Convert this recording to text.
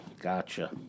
gotcha